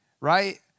right